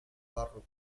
barroco